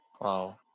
Wow